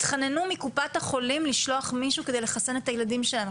התחננו מקופת החולים לשלוח מישהו כדי לחסן את הילדים שלהם.